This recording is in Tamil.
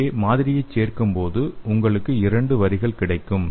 இங்கே மாதிரியைச் சேர்க்கும்போது உங்களுக்கு இரண்டு வரிகள் கிடைக்கும்